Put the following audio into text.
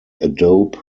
adobe